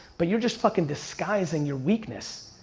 but you're just fucking disguising your weakness.